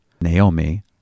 Naomi